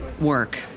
work